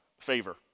favor